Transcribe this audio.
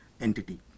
entity